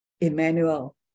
Emmanuel